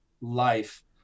life